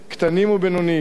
קטנים ובינוניים.